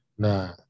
Nah